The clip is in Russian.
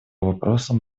вопросам